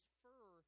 fur